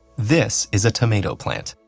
this is a tomato plant,